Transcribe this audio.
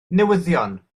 newyddion